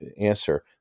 answer